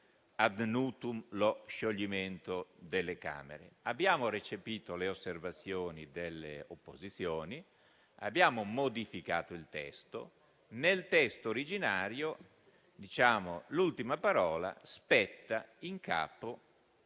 *ad nutum* lo scioglimento delle Camere. Abbiamo recepito le osservazioni delle opposizioni e abbiamo modificato il testo; nel testo originario l'ultima parola spetta in capo